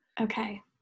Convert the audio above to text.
Okay